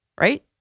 Right